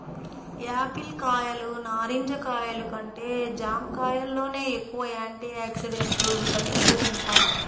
Apple కాయలు, నారింజ కాయలు కంటే జాంకాయల్లోనే ఎక్కువ యాంటీ ఆక్సిడెంట్లు, విటమిన్లు వుంటయ్